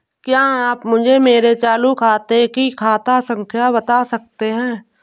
क्या आप मुझे मेरे चालू खाते की खाता संख्या बता सकते हैं?